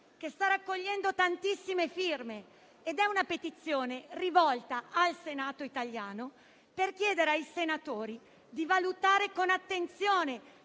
Sta raccogliendo tantissime firme una petizione rivolta al Senato italiano per chiedere ai senatori di valutare con attenzione,